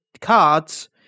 cards